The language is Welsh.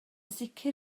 sicr